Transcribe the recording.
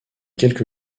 quelque